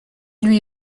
lui